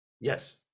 Yes